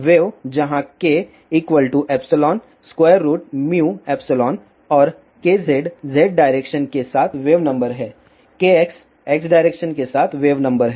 wave जहां k ϵμϵ और kz z direction के साथ वेव नंबर है kx x डायरेक्शन के साथ वेव नंबर है